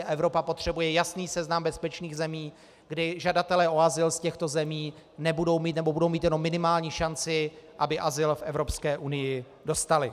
A Evropa potřebuje jasný seznam bezpečných zemí, kdy žadatelé o azyl z těchto zemí nebudou mít, nebo budou mít jenom minimální šanci, aby azyl v Evropské unii dostali.